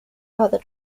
other